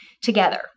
together